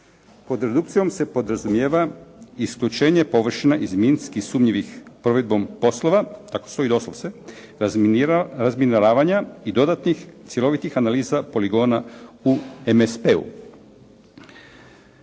"Pod redukcijom se podrazumijeva isključenje površina iz minski sumnjivih provedbom poslova" , tako stoji doslovce, "razminiravanja i dodatnih cjelovitih analiza poligona u …